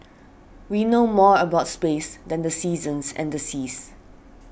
we know more about space than the seasons and the seas